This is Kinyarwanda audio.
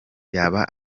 yaba